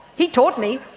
he taught me.